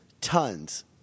Tons